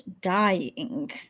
dying